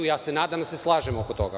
Ja se nadam da se slažemo oko toga.